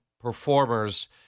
performers